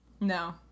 No